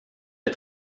les